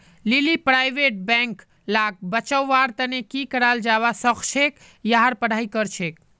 लीली private bank लाक बचव्वार तने की कराल जाबा सखछेक यहार पढ़ाई करछेक